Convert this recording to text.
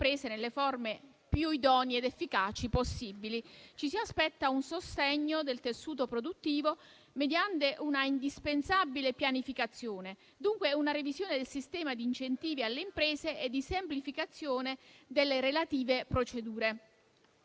nelle forme più idonee ed efficaci possibili. Ci si aspetta un sostegno del tessuto produttivo mediante un'indispensabile pianificazione. Dunque, è una revisione del sistema di incentivi alle imprese e di semplificazione delle relative procedure.